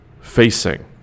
facing